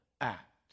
act